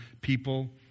people